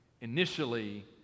initially